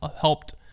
helped